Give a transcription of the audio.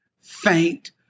faint